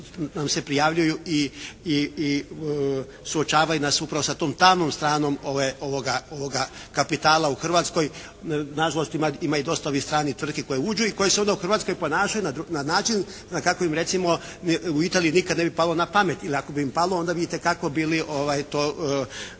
nam se prijavljuju i suočavaju nas upravo sa tom tamnom stranom ovoga kapitala u Hrvatskoj. Nažalost ima dosta i ovih stranih tvrtki koje uđu i koje se onda u Hrvatskoj ponašaju na način, da kako im recimo, u Italiji im nikada ne bi palo na pamet. Ili ako bi im palo, onda bi itekako bili to